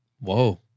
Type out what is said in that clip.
Whoa